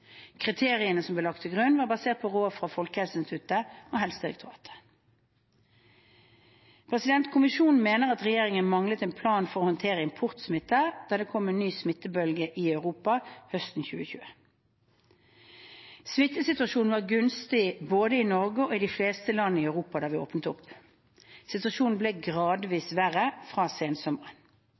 Kriteriene som ble lagt til grunn, var basert på råd fra Folkehelseinstituttet og Helsedirektoratet. Kommisjonen mener at regjeringen manglet en plan for å håndtere importsmitte da det kom en ny smittebølge i Europa høsten 2020. Smittesituasjonen var gunstig både i Norge og i de fleste land i Europa da vi åpnet opp. Situasjonen ble gradvis verre fra